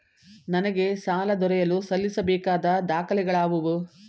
ನನಗೆ ಸಾಲ ದೊರೆಯಲು ಸಲ್ಲಿಸಬೇಕಾದ ದಾಖಲೆಗಳಾವವು?